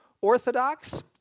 orthodox